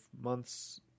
months